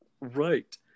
Right